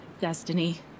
Destiny